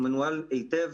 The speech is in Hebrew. מנוהל היטב,